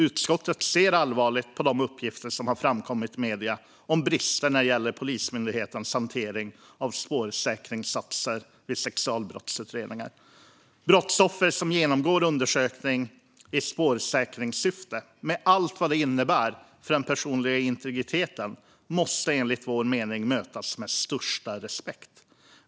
Utskottet ser allvarligt på de uppgifter som har framkommit i medierna om brister när det gäller Polismyndighetens hantering av spårsäkringssatser vid sexualbrottsutredningar. Brottsoffer som genomgår undersökning i spårsäkringssyfte - med allt vad det innebär för den personliga integriteten - måste enligt vår mening mötas med största respekt.